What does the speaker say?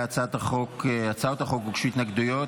להצעות החוק הוגשו התנגדויות.